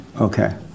Okay